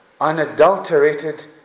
unadulterated